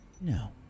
No